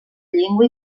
llengua